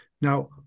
Now